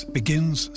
begins